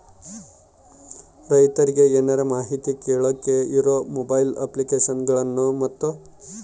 ರೈತರಿಗೆ ಏನರ ಮಾಹಿತಿ ಕೇಳೋಕೆ ಇರೋ ಮೊಬೈಲ್ ಅಪ್ಲಿಕೇಶನ್ ಗಳನ್ನು ಮತ್ತು?